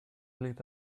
lit